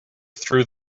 through